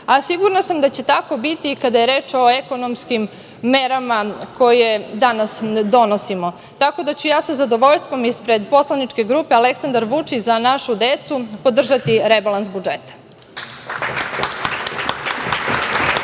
a sigurna sam da će tako biti i kada je reč o ekonomskim merama koje danas donosimo. Tako da, ja ću sa zadovoljstvom, ispred poslaničke grupe Aleksandar Vučić – Za našu decu, podržati rebalans budžeta.